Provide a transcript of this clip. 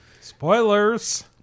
Spoilers